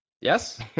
Yes